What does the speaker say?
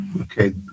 Okay